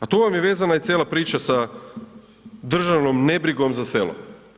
A tu vam je vezana i cijela priča sa državnom nebrigom za selo.